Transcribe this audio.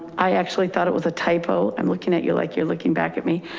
i actually thought it was a typo. i'm looking at you. like you're looking back at me.